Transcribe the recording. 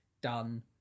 done